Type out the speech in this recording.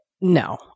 no